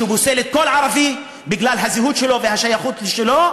שפוסלת כל ערבי בגלל הזהות שלו והשייכות שלו,